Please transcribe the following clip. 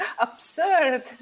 absurd